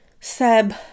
Seb